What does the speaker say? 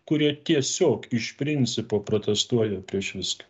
kurie tiesiog iš principo protestuoja prieš viską